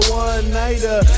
one-nighter